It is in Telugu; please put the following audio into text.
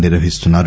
నిర్వహిస్తున్నారు